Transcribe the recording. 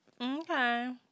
Okay